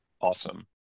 Awesome